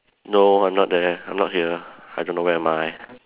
no I'm not there I'm not here I don't know where am I